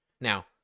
Now